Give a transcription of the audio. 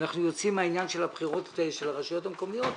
אנחנו יוצאים מהעניין של הבחירות לרשויות המקומיות,